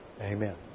amen